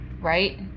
Right